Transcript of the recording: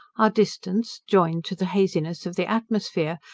our distance, joined to the haziness of the atmosphere,